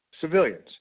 civilians